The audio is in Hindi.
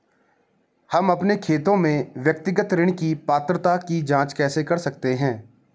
हम अपने खाते में व्यक्तिगत ऋण की पात्रता की जांच कैसे कर सकते हैं?